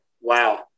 Wow